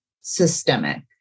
systemic